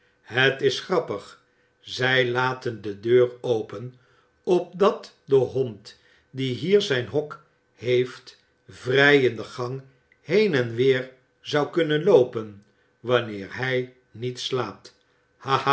het is grappig zij laten de deur open opdat de hond die hier zijn hok heeft vrij in de gang heen en weer zou kunnen loopen wanneer hij niet slaapt